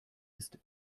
ist